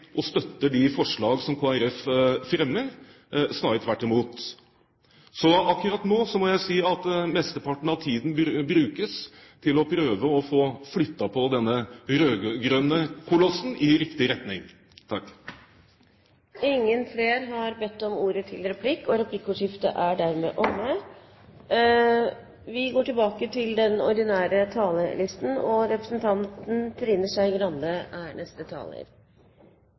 de forslag som Kristelig Folkeparti fremmer, snarere tvert imot. Akkurat nå må jeg si at mesteparten av tiden brukes til å prøve å få flyttet på denne rød-grønne kolossen i riktig retning.